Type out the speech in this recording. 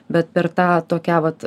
bet per tą tokią vat